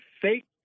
fake